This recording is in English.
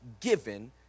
given